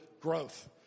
growth